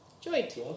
Joint